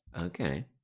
Okay